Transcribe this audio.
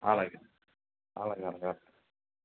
అలాగే అలాగే అలాగే అలాగే